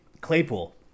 claypool